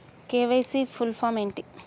KYC full form ఏంటి?